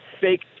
fake